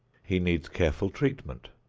he needs careful treatment,